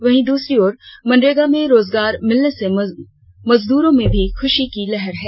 वहीं दूसरी ओर मनरेगा में रोजगार मिलने से मजदूरों में भी खुशी की लहर है